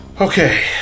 Okay